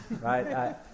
right